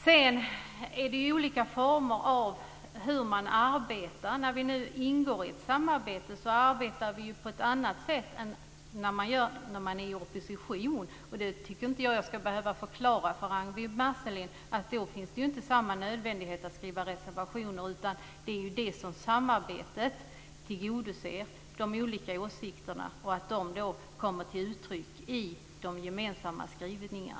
Det finns olika former för arbetet. När vi nu ingår i ett samarbete arbetar vi på ett annat sätt än i opposition. Jag tycker inte att jag ska behöva förklara för Ragnwi Marcelind att det inte finns samma nödvändighet att skriva reservationer då. De olika åsikterna tillgodoses i samarbetet och de kommer till uttryck i gemensamma skrivningar.